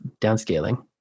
downscaling